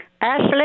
Ashley